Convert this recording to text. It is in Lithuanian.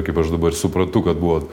kaip aš dabar suprantu kad buvo